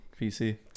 PC